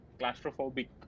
claustrophobic